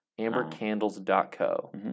Ambercandles.co